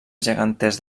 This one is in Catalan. geganters